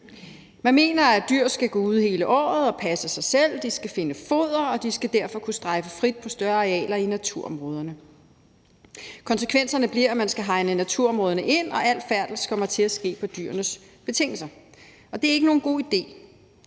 Man mener, at dyr skal gå ude hele året og passe sig selv, de skal finde foder, og de skal derfor kunne strejfe frit på større arealer i naturområderne. Konsekvenserne bliver, at man skal hegne naturområderne ind, og at al færdsel kommer til at ske på dyrenes betingelser, og det er ikke nogen god idé.